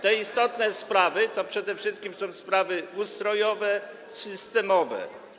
Te istotne sprawy to przede wszystkim są sprawy ustrojowe, systemowe.